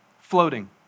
floating